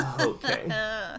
Okay